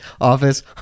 office